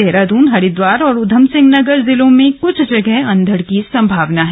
देहरादून हरिद्वार और उधमसिंह नगर जिलों में क्छ जगह अंधड़ की संभावना है